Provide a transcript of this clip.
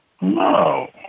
No